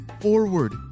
forward